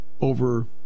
over